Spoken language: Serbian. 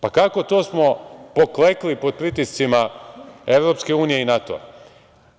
Pa, kako smo to poklekli pod pritiscima EU i NATO-a?